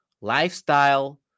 lifestyle